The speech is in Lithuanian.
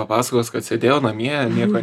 papasakos kad sėdėjo namie nieko